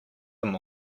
them